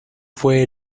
fue